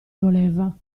voleva